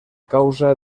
causa